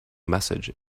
message